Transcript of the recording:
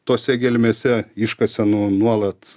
tose gelmėse iškasenų nuolat